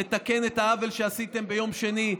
נתקן את העוול שעשיתם ביום שני,